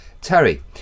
Terry